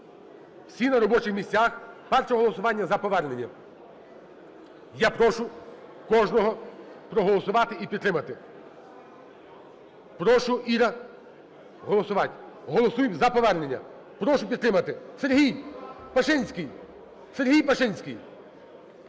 всі на робочих місцях, перше голосування за повернення. Я прошу кожного проголосувати і підтримати. Прошу, Іра, голосувати. Голосуємо за повернення. Прошу підтримати. Сергій! Пашинський! Сергій Пашинський!